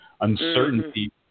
Uncertainty